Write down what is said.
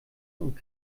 und